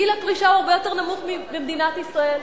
גיל הפרישה הוא הרבה יותר נמוך מבמדינת ישראל.